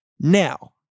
now